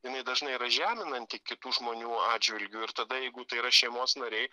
jinai dažnai yra žeminanti kitų žmonių atžvilgiu ir tada jeigu tai yra šeimos nariai